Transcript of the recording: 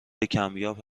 کمیاب